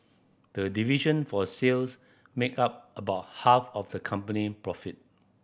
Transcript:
the division for sales makes up about half of the company profit